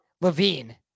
Levine